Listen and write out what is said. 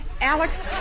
Alex